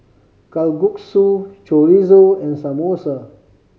Kalguksu Chorizo and Samosa